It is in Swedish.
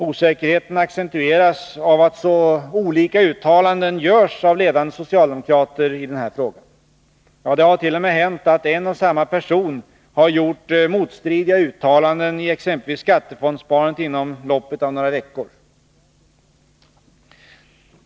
Osäkerheten accentueras av att så olika uttalanden görs av ledande socialdemokrater i den här frågan. Ja, det hart.o.m. hänt att en och samma person har gjort motstridiga uttalanden i exempelvis skattefondsparandet inom loppet av några veckor!